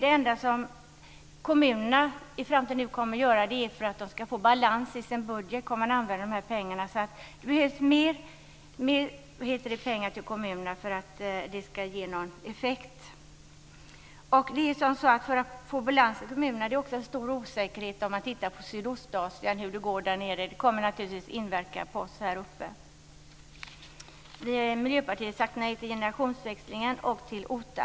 Det enda kommunerna kommer att göra är att använda pengarna för att få balans i sin budget. Så det behövs mer pengar till kommunerna för att det skall ge någon effekt. När det gäller att få balans i kommunernas ekonomi finns det också en stor osäkerhet om man tittar på Sydostasien och hur det går där. Det kommer naturligtvis att inverka på oss här. I Miljöpartiet har vi sagt nej till generationsväxling och till OTA.